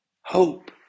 hope